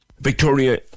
Victoria